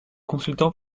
consultant